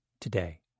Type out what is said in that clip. today